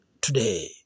today